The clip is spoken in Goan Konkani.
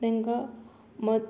तेंका मत